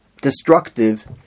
destructive